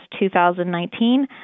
2019